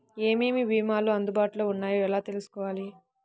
ఏమేమి భీమాలు అందుబాటులో వున్నాయో ఎలా తెలుసుకోవాలి?